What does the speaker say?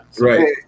Right